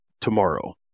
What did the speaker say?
tomorrow